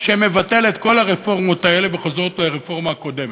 שמבטל את כל הרפורמות האלה וחוזר לרפורמה הקודמת,